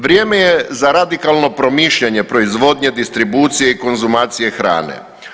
Vrijeme je za radikalno promišljanje proizvodnje, distribucije i konzumacije hrane.